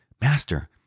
Master